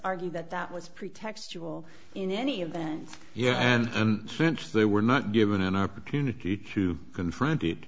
argue that that was pretextual in any event yes and since they were not given an opportunity to confront it